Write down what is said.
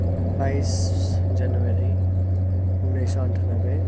बाइस जनवरी उन्नाइस सौ अन्ठानब्बे